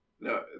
no